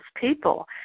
people